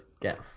Get